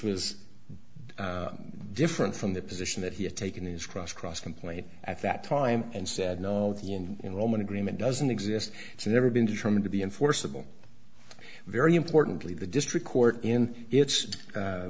was different from the position that he had taken his cross cross complaint at that time and said no the and in roman agreement doesn't exist it's never been determined to be enforceable very importantly the district court in its